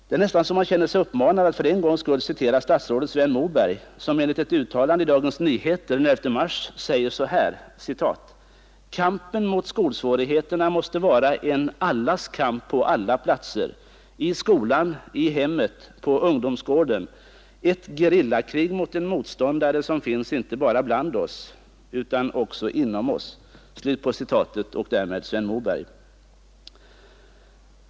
Det är nästan så att man känner sig uppmanad att för en gångs skull citera statsrådet Sven Moberg, som enligt ett uttalande som återgavs i Dagens Nyheter den 11 mars säger så här: ”Kampen mot skolsvårigheterna måste vara en allas kamp på alla platser: i skolan, i hemmet, på ungdomsgården. Ett gerillakrig mot den motståndare som finns inte bara bland oss utan också inom oss.” Slut på citatet och därmed Sven Moberg.